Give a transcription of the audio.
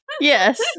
Yes